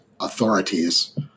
authorities